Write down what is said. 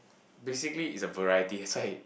basically is a variety that's why